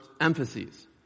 emphases